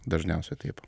dažniausia taip